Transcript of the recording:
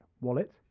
Wallet